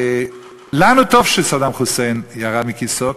לנו טוב שסדאם חוסיין ירד מכיסאו,